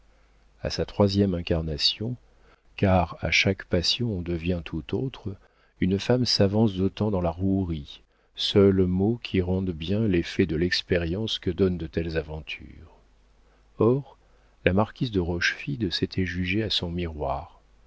a sa troisième incarnation car à chaque passion on devient tout autre une femme s'avance d'autant dans la rouerie seul mot qui rende bien l'effet de l'expérience que donnent de telles aventures or la marquise de rochefide s'était jugée à son miroir